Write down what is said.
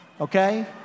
Okay